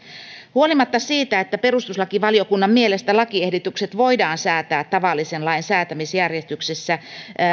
huolimatta siitä että perustuslakivaliokunnan mielestä lakiehdotukset voidaan säätää tavallisen lain säätämisjärjestyksessä